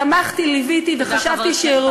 תמכתי בה, ליוויתי אותה וחשבתי שהיא ראויה.